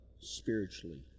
spiritually